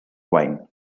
wine